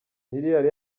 miliyari